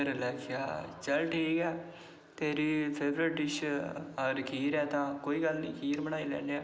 ते घरै आह्ले आक्खेआ चल ठीक ऐ तेरी फेवरेट डिश खीर ऐ तां चल खीर बनाई लैने आं